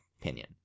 opinion